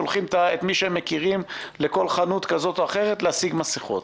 שולחים את מי שהם מכירים לכל חנות כזו או אחרת להשיג מסיכות,